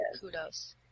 kudos